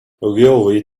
ogilvy